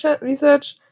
research